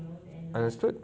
understood